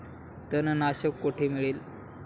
तणनाशक कुठे मिळते?